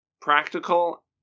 practical